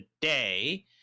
today